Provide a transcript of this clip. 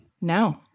No